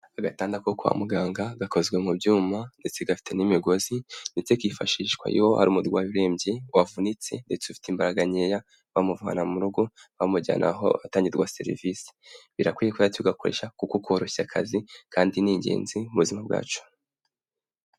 Agatangada ko kwa muganga, gakozwe mu byuma ndetse gafite n'imigozi, ndetse kifashishwa iyo hari umurwayi urembye ,wavunitse, ndetse ufite imbaraga nkeya, bamuvana mu rugo, bamujyana aho hatangirwa serivisi. Birakwiye kuba tugakoresha kuko koroshya akazi kandi ni ingenzi mu buzima bwacu.